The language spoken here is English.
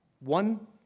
One